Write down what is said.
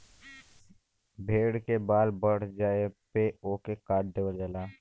भेड़ के बाल बढ़ जाये पे ओके काट देवल जाला